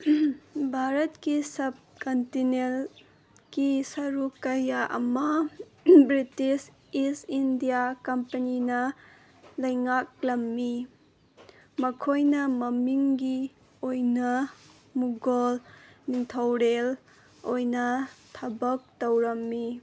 ꯚꯥꯔꯠꯀꯤ ꯁꯞꯀꯟꯇꯤꯅꯦꯜꯀꯤ ꯁꯔꯨꯛ ꯀꯌꯥ ꯑꯃ ꯕ꯭ꯔꯤꯇꯤꯁ ꯏꯁ ꯏꯟꯗꯤꯌꯥ ꯀꯝꯄꯅꯤꯅ ꯂꯩꯉꯥꯛꯂꯝꯃꯤ ꯃꯈꯣꯏꯅ ꯃꯃꯤꯡꯒꯤ ꯑꯣꯏꯅ ꯃꯨꯒꯜ ꯅꯤꯡꯊꯧꯔꯦꯜ ꯑꯣꯏꯅ ꯊꯕꯛ ꯇꯧꯔꯝꯃꯤ